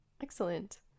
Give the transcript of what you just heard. excellent